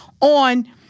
on